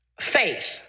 Faith